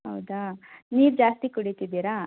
ಹೌದಾ ನೀರು ಜಾಸ್ತಿ ಕುಡಿತಿದ್ದೀರಾ